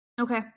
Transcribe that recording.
Okay